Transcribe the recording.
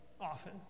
often